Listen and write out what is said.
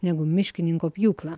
negu miškininko pjūklą